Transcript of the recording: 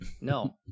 no